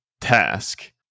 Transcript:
task